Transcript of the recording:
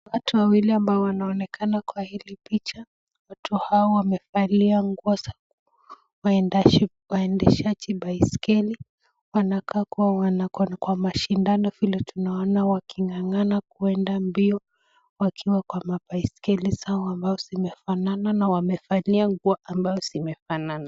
Watu wawili ambao wanaonekana Kwa hili picha. Watu hao wamevalia nguo za waendeshaji baiskeli .Wanakaa kuwa wako kwa mashindano vile tunaona wakingangana kuenda mbio wakiwa Kwa mabaiskeli zao ambazo zimefanana na wamevalia nguo ambazo zimefanana.